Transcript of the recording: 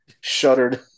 shuddered